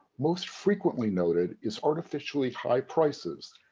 most frequently noted is artificially high prices,